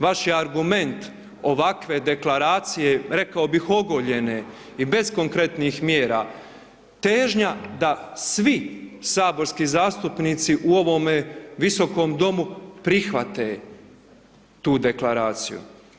Vaš je argument ovakve Deklaracije, rekao bih ogoljene i bez konkretnih mjera, težnja da svi saborski zastupnici u ovome Visokom domu prihvate tu Deklaraciju.